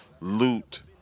loot